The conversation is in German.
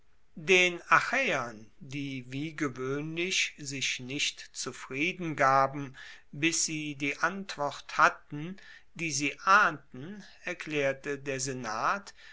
den achaeern die wie gewoehnlich sich nicht zufrieden gaben bis sie die antwort hatten die sie ahnten erklaerte der senat